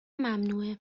ممنوعه